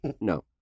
no